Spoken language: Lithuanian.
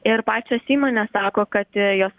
ir pačios įmonės sako kad jos